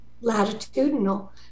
latitudinal